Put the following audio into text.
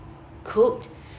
cooked